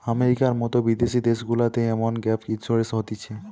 আমেরিকার মতো বিদেশি দেশগুলাতে এমন গ্যাপ ইন্সুরেন্স হতিছে